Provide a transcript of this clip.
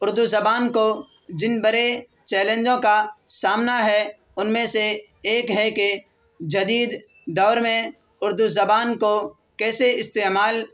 اردو زبان کو جن بڑے چیلنجوں کا سامنا ہے ان میں سے ایک ہے کہ جدید دور میں اردو زبان کو کیسے استعمال